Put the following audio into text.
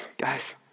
guys